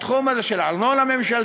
בתחום הזה של ארנונה ממשלתית,